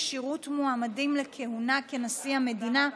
כשירות מועמדים לכהונה כנשיא המדינה),